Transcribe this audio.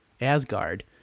Asgard